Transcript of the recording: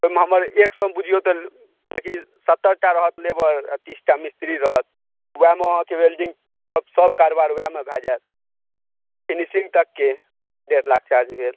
ओहिमे हमर एक सए बूझियौ तऽ ने किछु सत्तरटा रहत लेबर आ तीसटा मिस्त्री रहत ओएहमे अथी वेल्डिङ्ग सभ कारोबार ओएहमे भए जायत फिनिशिङ्ग तकके डेढ़ लाख चार्ज भेल